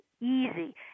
easy